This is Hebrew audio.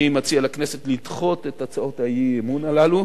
אני מציע לכנסת לדחות את הצעות האי-אמון האלה,